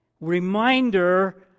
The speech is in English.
Reminder